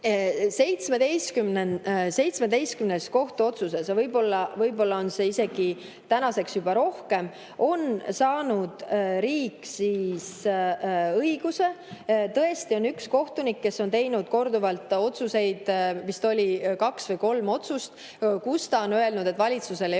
17 kohtuotsuses, võib-olla on neid tänaseks isegi rohkem, on saanud riik õiguse. Tõesti, on üks kohtunik, kes on teinud korduvalt otsuseid, vist oli kaks või kolm otsust, milles ta on öelnud, et valitsusel ei